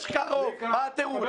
יש כאן רוב, מה התירוץ?